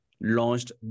launched